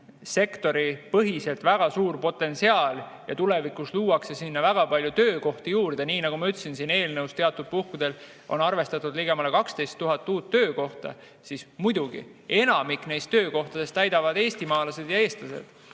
sektoris väga suur potentsiaal ja tulevikus luuakse sinna väga palju töökohti juurde – nii nagu ma ütlesin, on selles eelnõus teatud puhkudel arvestatud ligemale 12 000 uue töökohaga –, siis muidugi enamiku neist töökohtadest täidavad eestimaalased ja eestlased.